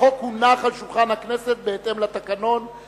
החוק הונח על שולחן הכנסת בהתאם לתקנון,